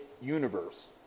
universe